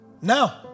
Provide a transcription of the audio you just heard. Now